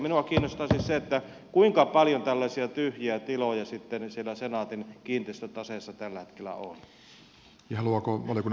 minua kiinnostaisi se kuinka paljon tällaisia tyhjiä tiloja sitten siellä senaatin kiinteistötaseessa tällä hetkellä on